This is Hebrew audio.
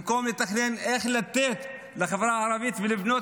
במקום לתכנן איך לתת לחברה הערבית ולבנות,